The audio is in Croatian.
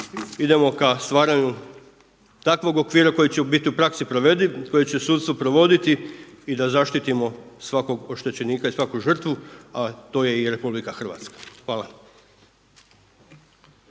idemo k stvaranju takvog okvira koji će biti u praksi provediv, koje će sudstvo provoditi i da zaštitimo svakog oštećenika i svaku žrtvu, a to je i RH. Hvala.